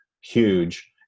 huge